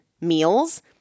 meals